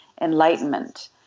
enlightenment